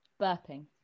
burping